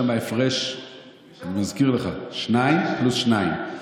יש שם הפרש שניים פלוס שניים,